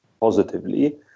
positively